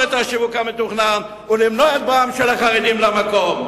את השיווק המתוכנן ולמנוע את בואם של החרדים למקום.